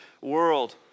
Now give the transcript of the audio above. world